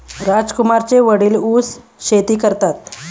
राजकुमारचे वडील ऊस शेती करतात